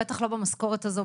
בטח לא במשכורת הזו,